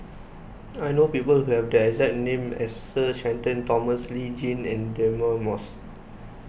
I know people who have the exact name as Sir Shenton Thomas Lee Tjin and Deirdre Moss